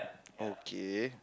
okay